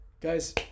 Guys